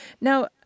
now